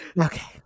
Okay